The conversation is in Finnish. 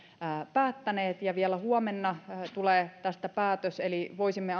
päättäneet ja vielä huomenna tulee tästä päätös eli voisimme